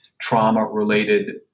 trauma-related